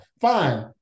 Fine